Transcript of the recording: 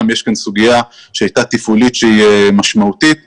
יש כאן סוגיה שהייתה תפעולית שהיא משמעותית.